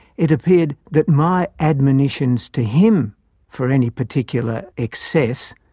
it appeared that my admonitions to him for any particular excess